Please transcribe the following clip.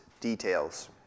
details